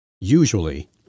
usually